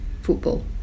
football